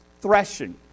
threshing